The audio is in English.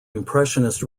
impressionist